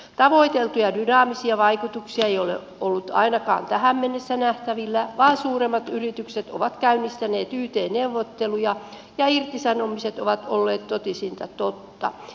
tavoiteltuja dynaamisia vaikutuksia ei ole ollut ainakaan tähän mennessä nähtävillä vaan suuremmat yritykset ovat käynnistäneet yt neuvotteluja ja irtisanomiset ovat olleet totisinta totta